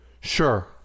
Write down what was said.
Sure